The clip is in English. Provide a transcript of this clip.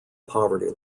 poverty